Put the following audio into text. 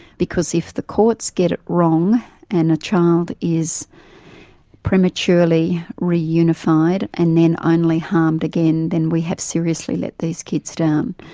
because if the courts get it wrong and a child is prematurely reunified and then only harmed again then we have seriously let these kids down.